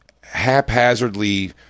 haphazardly